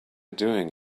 doing